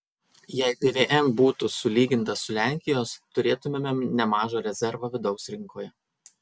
jei pvm būtų sulygintas su lenkijos turėtumėme nemažą rezervą vidaus rinkoje